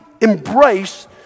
embrace